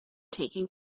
taking